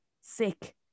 sick